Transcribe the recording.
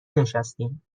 نشستیم